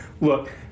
Look